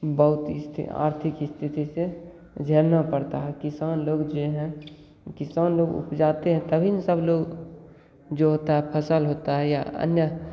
बहुत ही आर्थिक स्थिति से झेलना पड़ता है किसान लोग जो है किसान लोग उपजाते हैं तभी सब लोग जो होता है फसल होता है या अन्य